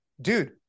dude